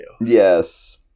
yes